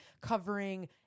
covering